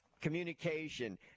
communication